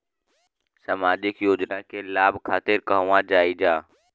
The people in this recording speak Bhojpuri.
सामाजिक योजना के लाभ खातिर कहवा जाई जा?